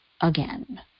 again